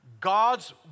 God's